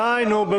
--- די, נו.